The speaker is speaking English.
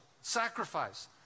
sacrifice